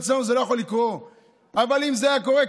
אצלנו זה לא יכול לקרות אבל אם זה היה קורה,